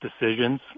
decisions